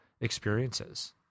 experiences